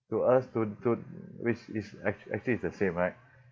to us to to which is ac~ actually it's the same right